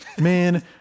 Man